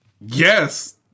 Yes